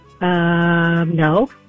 No